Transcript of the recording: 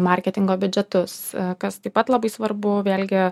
marketingo biudžetus kas taip pat labai svarbu vėlgi